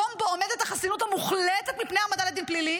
מקום שבו עומדת החסינות המוחלטת מפני העמדה לדין פלילי,